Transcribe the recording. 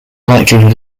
likelihood